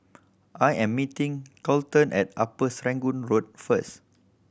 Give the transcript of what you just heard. I am meeting Colten at Upper Serangoon Road first